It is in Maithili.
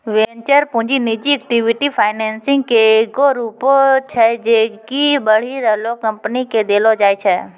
वेंचर पूंजी निजी इक्विटी फाइनेंसिंग के एगो रूप छै जे कि बढ़ि रहलो कंपनी के देलो जाय छै